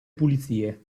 pulizie